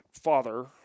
father